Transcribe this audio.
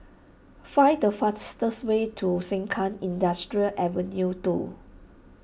find the fastest way to Sengkang Industrial Avenue two